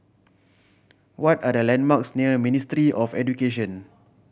what are the landmarks near Ministry of Education